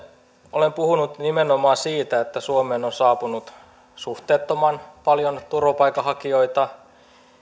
olen puhunut nimenomaan siitä että suomeen on saapunut suhteettoman paljon turvapaikanhakijoita